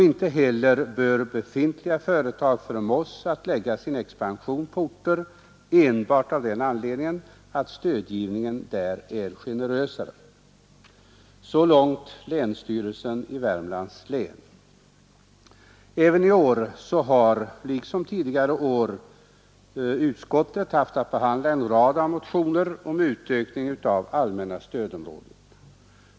Inte heller bör befintliga företag förmås att lägga sin expansion på orter enbart av den anledningen, att stödgivningen där är mera generös. Så långt länsstyrelsen i Värmlands län. I år liksom tidigare år har utskottet haft att behandla en rad motioner om utvidgning av det allmänna stödområdet.